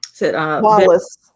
Wallace